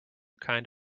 kind